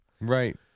Right